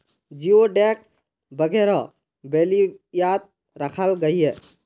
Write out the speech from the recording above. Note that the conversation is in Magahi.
जिओडेक्स वगैरह बेल्वियात राखाल गहिये